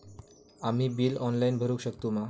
आम्ही bill online भरुक शकतू मा?